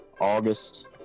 august